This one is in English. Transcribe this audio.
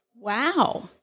Wow